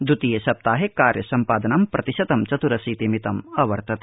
द्वितीये सप्ताहे कार्यसम्पादनं प्रतिशतं चतुरशीति मितं अवर्तत